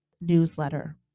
newsletter